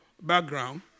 background